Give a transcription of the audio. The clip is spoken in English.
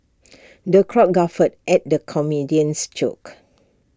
the crowd guffawed at the comedian's jokes